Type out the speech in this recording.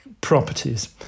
properties